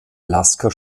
lasker